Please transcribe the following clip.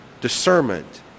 discernment